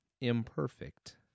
imperfect